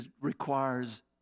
requires